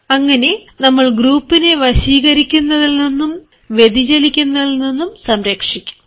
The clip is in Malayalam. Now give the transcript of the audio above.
അങ്ങനെ നമ്മൾ ഗ്രൂപ്പിനെ വശീകരിക്കുന്നതിൽ നിന്നും വ്യതിചലിക്കുന്നതിൽ നിന്നും സംരക്ഷിക്കും